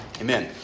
Amen